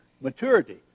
maturity